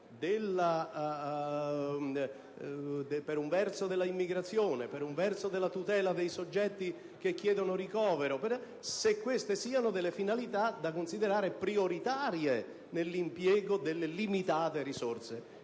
politiche dell'immigrazione, per un verso, e della tutela dei soggetti che chiedono ricovero, per l'altro, queste siano finalità da considerare prioritarie nell'impiego delle limitate risorse.